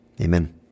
Amen